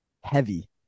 heavy